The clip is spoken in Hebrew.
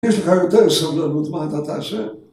יש לך יותר סבלנות, מה אתה תעשה